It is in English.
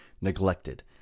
neglected